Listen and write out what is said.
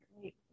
Great